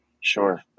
Sure